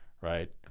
right